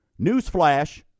newsflash